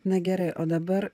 na gerai o dabar